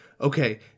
okay